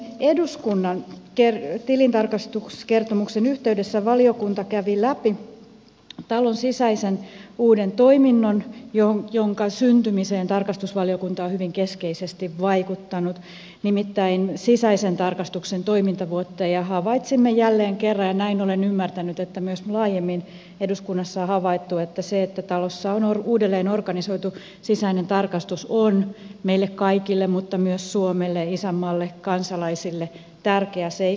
eduskunnan tilintarkastuskertomuksen yhteydessä valiokunta kävi läpi talon sisäisen uuden toiminnon jonka syntymiseen tarkastusvaliokunta on hyvin keskeisesti vaikuttanut nimittäin sisäisen tarkastuksen toimintavuoden ja havaitsimme jälleen kerran ja näin olen ymmärtänyt että myös laajemmin eduskunnassa on havaittu että se että talossa on uudelleen organisoitu sisäinen tarkastus on meille kaikille mutta myös suomelle isänmaalle kansalaisille tärkeä seikka